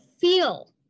feel